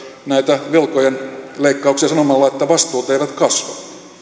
näitä velkojen leikkauksia sanomalla että vastuut eivät kasva